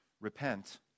repent